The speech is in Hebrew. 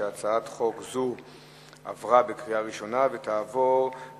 הצעת חוק החברות הממשלתיות (תיקון מס' 27) (כשירות לכהונה כדירקטור),